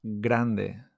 Grande